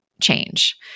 change